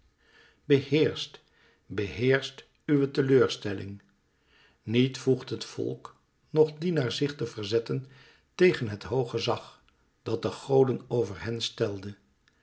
beheerscht beheerscht uwe teleurstelling niet voegt het volk noch dienaar zich te verzetten tegen het hoog gezag dat de goden over hen stelde